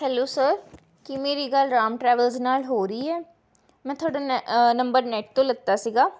hello sir ਕੀ ਮੇਰੀ ਗੱਲ ਰਾਮ ਟਰੈਵਲਸ ਨਾਲ ਹੋ ਰਹੀ ਹੈ ਮੈਂ ਤੁਹਾਡਾ ਨੈ ਨੰਬਰ ਨੈੱਟ ਤੋਂ ਲਿੱਤਾ ਸੀਗਾ